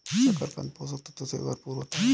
शकरकन्द पोषक तत्वों से भरपूर होता है